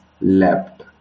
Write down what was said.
left